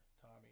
Tommy